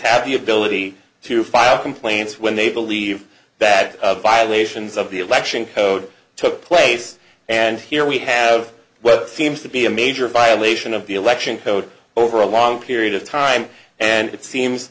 have the ability to file complaints when they believe that the violations of the election code took place and here we have well seems to be a major violation of the election code over a long period of time and it